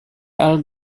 all